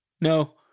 No